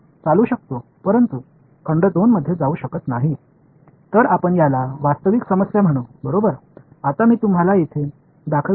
மேலும் பார்வையாளர் 1 இங்கு நேர்மாறாக தொகுதி 1 இல் நடக்க முடியும் ஆனால் தொகுதி 2 க்குள் நடக்க முடியாது